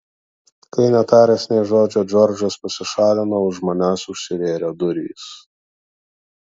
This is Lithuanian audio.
kai netaręs nė žodžio džordžas pasišalino už manęs užsivėrė durys